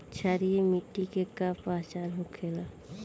क्षारीय मिट्टी के का पहचान होखेला?